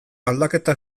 aldaketa